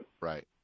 Right